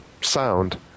sound